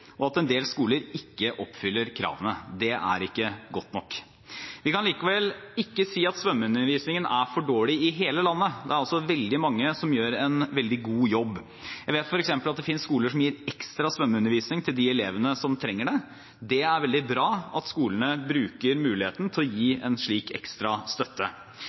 og at en del skoler ikke oppfyller kravene. Det er ikke godt nok. Vi kan likevel ikke si at svømmeundervisningen er for dårlig i hele landet. Det er veldig mange som gjør en veldig god jobb. Jeg vet f.eks. at det finnes skoler som gir ekstra svømmeundervisning til de elevene som trenger det. Det er veldig bra at skolene bruker muligheten til å gi en slik ekstra støtte. Det er ikke noe annerledes enn når skolene gir ekstra støtte